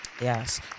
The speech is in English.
Yes